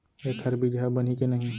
एखर बीजहा बनही के नहीं?